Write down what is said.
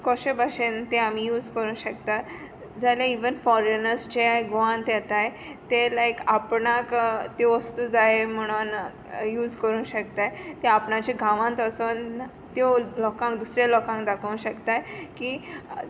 कोशें बाशेन ते आमी यूज करूं शकताय जाल्यार इवन फोरेनर्स जे गोंवात येताय ते लायक आपणाक त्यो वोस्तू जाय म्हुणोन यूज करूंक शकता ते आपणाच्या गांवांत वसोन त्यो लोकांक दुसऱ्या लोकांक दाखोंक शकताय की